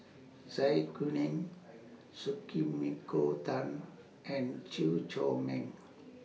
Zai Kuning Tan and Chew Chor Meng